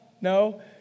No